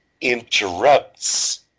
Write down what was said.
interrupts